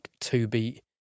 two-beat